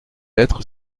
être